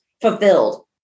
Fulfilled